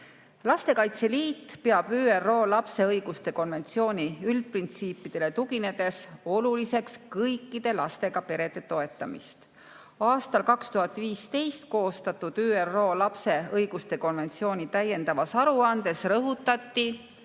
Lastekaitse Liit peab ÜRO lapse õiguste konventsiooni üldprintsiipidele tuginedes oluliseks kõikide lastega perede toetamist. Aastal 2015 koostatud ÜRO lapse õiguste konventsiooni täiendavas aruandes rõhutati,